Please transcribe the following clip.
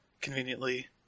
conveniently